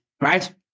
right